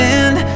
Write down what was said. end